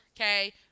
Okay